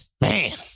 man